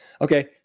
Okay